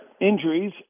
injuries